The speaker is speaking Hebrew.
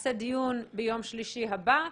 נקיים דיון ביום שלישי הבא.